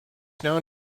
known